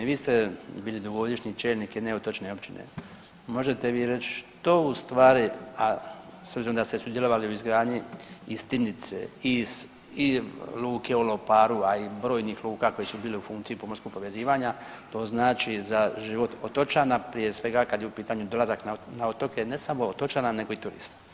Vi ste bili dugogodišnji čelnik jedne otočne općine, možete vi reći što u stvari, a s obzirom da ste sudjelovali u izgradnji i Stinice Ist i luke u Loparu, a i brojnih luka koja su bile u funkciji pomorskog povezivanja to znači za život otočana prije svega kad je u pitanju dolazak na otoke ne samo otočana nego i turista.